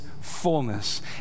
fullness